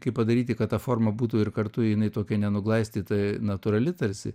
kaip padaryti kad ta forma būtų ir kartu jinai tokia nenuglaistyta natūrali tarsi